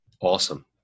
Awesome